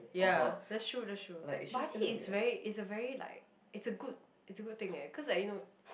ya that's true that's true but I think it's very it's a very like it's a good it's a good thing eh cause like you know